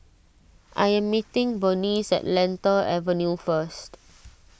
I am meeting Bernice at Lentor Avenue first